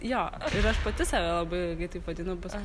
jo ir aš pati save labai ilgai taip vadinau paskui